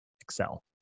Excel